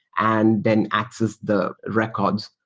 and then access the records.